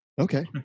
Okay